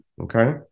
okay